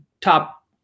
top